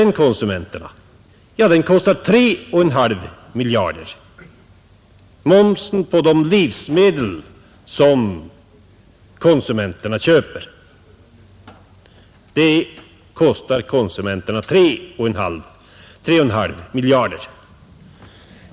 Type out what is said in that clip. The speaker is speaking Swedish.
Momsen på de livsmedel som konsumenterna köper kostar konsumenterna 3,5 miljarder.